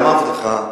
אתה מתייחס אותו דבר.